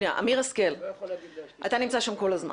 אמיר השכל, אתה נמצא שם כל הזמן,